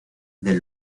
del